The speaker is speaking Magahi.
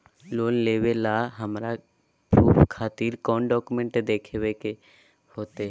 लोन लेबे ला हमरा प्रूफ खातिर कौन डॉक्यूमेंट देखबे के होतई?